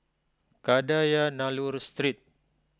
Kadayanallur Street